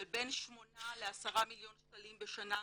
של בין 8 ל-10 מיליון שקלים בשנה,